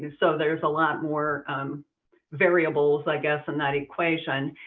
so there's a lot more variables, i guess, in that equation.